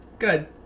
Good